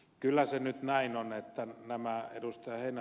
kyllä se nyt näin on että nämä ed